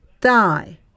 die